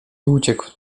uciekł